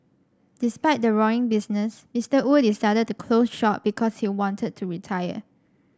despite the roaring business Mister Wu decided to close shop because he wanted to retire